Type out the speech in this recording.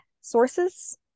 sources